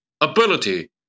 ability